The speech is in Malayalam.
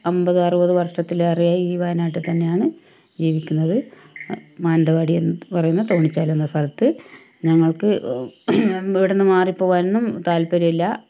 അൻപത് അറുപത് വർഷത്തിലേറെയായി ഈ വയനാട്ടിൽ തന്നെയാണ് ജീവിക്കുന്നത് മാനന്തവാടി എന്ന് പറയുന്ന തോണിച്ചാലെന്ന സ്ഥലത്ത് ഞങ്ങൾക്ക് ഇവിടെ നിന്ന് മാറി പോകാനൊന്നും താത്പര്യമില്ല